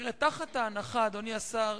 אדוני השר,